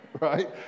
Right